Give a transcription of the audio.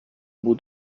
بود